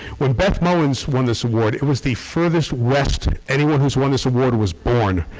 when beth mowins won this award, it was the furthest rest anyone who's won this award was born